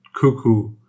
cuckoo